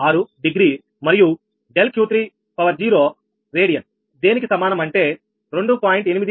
936 degree మరియు ∆Q30 radian దేనికి సమానం అంటే 2